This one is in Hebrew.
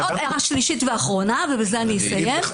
הערה שלישית ואחרונה, ובזה אני אסיים.